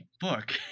book